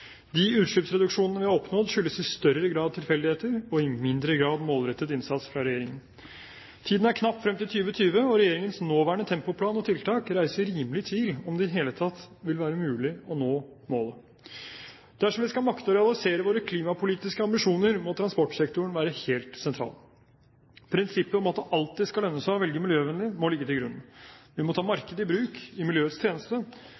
De utslippsreduksjonene vi har oppnådd, skyldes i større grad tilfeldigheter og i mindre grad målrettet innsats fra regjeringen. Tiden er knapp frem til 2020, og regjeringens nåværende tempoplan og tiltak reiser rimelig tvil om det i det hele tatt vil være mulig å nå målet. Dersom vi skal makte å realisere våre klimapolitiske ambisjoner, må transportsektoren være helt sentral. Prinsippet om at det alltid skal lønne seg å velge miljøvennlig, må ligge til grunn. Vi må ta markedet i bruk i miljøets tjeneste,